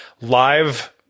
live